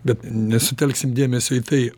bet nesutelksim dėmesio į tai